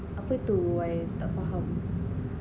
apa itu I tak faham